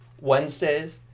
Wednesdays